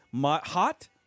hot